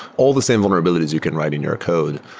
all the same vulnerabilities you can write in your code.